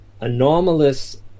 anomalous